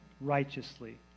righteously